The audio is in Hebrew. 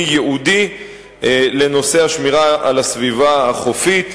ייעודי לנושא השמירה על הסביבה החופית,